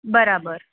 બરાબર